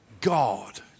God